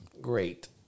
Great